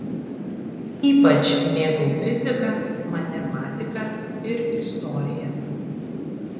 ypač mėgau fiziką matematiką ir istoriją